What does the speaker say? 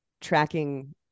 tracking